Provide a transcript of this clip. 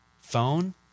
phone